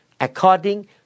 according